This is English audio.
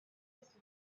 oasis